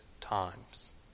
times